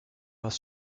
was